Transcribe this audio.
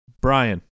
Brian